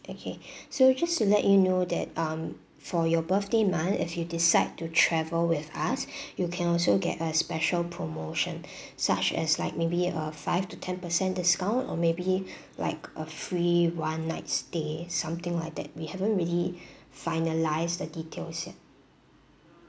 okay so just to let you know that um for your birthday month if you decide to travel with us you can also get a special promotion such as like maybe a five to ten percent discount or maybe like a free one night stay something like that we haven't really finalised the details yet